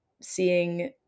seeing